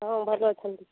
ହଁ ଭଲ ଅଛନ୍ତି